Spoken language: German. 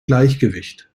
gleichgewicht